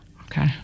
Okay